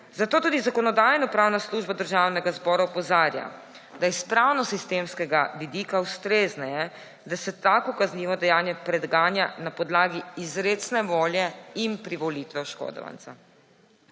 Zato tudi Zakonodajno-pravna služba Državnega zbora opozarja, da je s pravnosistemskega vidika ustrezneje, da se tako kaznivo dejanje preganja na podlagi izrecne volje in privolitve oškodovanca.